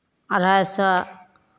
अढ़ाइ सए